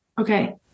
Okay